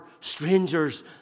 strangers